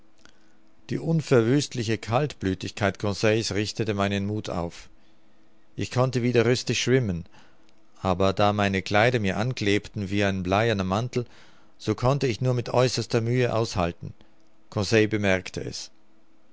die unverwüstliche kaltblütigkeit conseil's richtete meinen muth auf ich konnte wieder rüstig schwimmen aber da meine kleider mir anklebten wie ein bleierner mantel so konnte ich nur mit äußerster mühe aushalten conseil bemerkte es